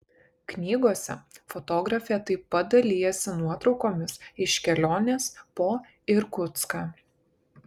knygose fotografė taip pat dalijasi nuotraukomis iš kelionės po irkutską